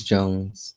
Jones